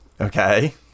Okay